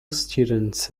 students